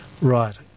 Right